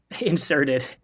inserted